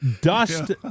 Dust